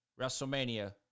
WrestleMania